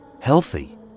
healthy